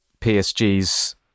PSG's